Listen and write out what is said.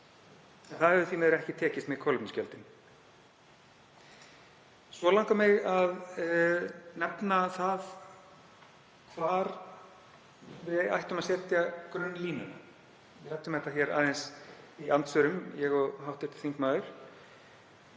en það hefur því miður ekki tekist með kolefnisgjöldin. Svo langar mig að nefna hvar við ættum að setja grunnlínurnar. Við ræddum þetta aðeins í andsvörum, ég og hv. þingmaður,